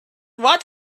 what